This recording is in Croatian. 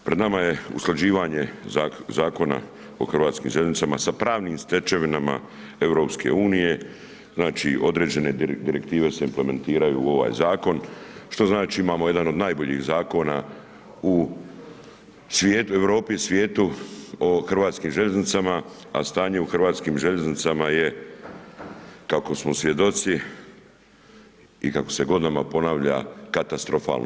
Pred nama je usklađivanje zakona o Hrvatskim željeznicama, sa pravnim stečevinama EU, znači određene direktive se implementiraju u ovaj zakon, što znači, imamo jedan od najboljih zakona u svijetu, Europi i svijetu, o hrvatskim željeznicama, a stanje u Hrvatskim željeznicama je kako smo svjedoci i kako se godinama ponavlja katastrofalno.